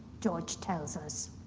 george tells us.